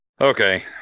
Okay